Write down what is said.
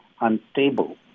unstable